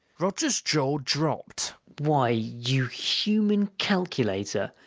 roger's jaw dropped. why, you human calculator,